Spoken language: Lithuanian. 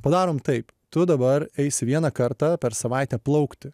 padarom taip tu dabar eisi vieną kartą per savaitę plaukti